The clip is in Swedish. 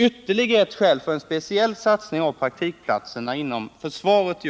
Ytterligare ett skäl för en speciell satsning på praktikplatser inom just försvaret